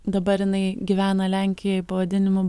dabar jinai gyvena lenkijoje pavadinimu